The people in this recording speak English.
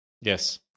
Yes